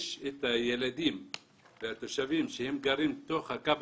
יש את הילדים והתושבים שהם גרים בתוך הקו